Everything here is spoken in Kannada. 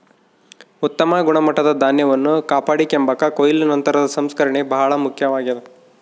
ಉತ್ತಮ ಗುಣಮಟ್ಟದ ಧಾನ್ಯವನ್ನು ಕಾಪಾಡಿಕೆಂಬಾಕ ಕೊಯ್ಲು ನಂತರದ ಸಂಸ್ಕರಣೆ ಬಹಳ ಮುಖ್ಯವಾಗ್ಯದ